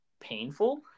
painful